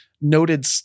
noted